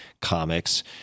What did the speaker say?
comics